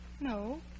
No